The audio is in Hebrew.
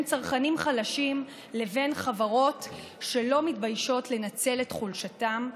צרכנים חלשים לבין חברות שלא מתביישות לנצל את חולשתם,